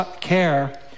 care